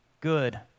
Good